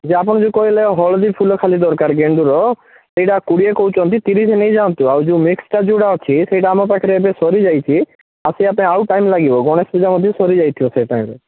ଯେ ଆପଣ ଯେଉଁ କହିଲେ ହଳଦୀ ଫୁଲ ଖାଲି ଦରକାର ଗେଣ୍ଡୁର ଏଇଟା କୋଡ଼ିଏ କହୁଛନ୍ତି ତିରିଶ ନେଇଯାଆନ୍ତୁ ଆଉ ଯେଉଁ ମିକ୍ସଟା ଯେଉଁଟା ଅଛି ସେଇଟା ଆମ ପାଖରେ ଏବେ ସରିଯାଇଛି ଆସିବା ପାଇଁ ଆଉ ଟାଇମ୍ ଲାଗିବ ଗଣେଶ ପୂଜା ବି ସରିଯାଇଥିବ ସେ ଟାଇମ୍ରେ